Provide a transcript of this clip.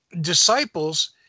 Disciples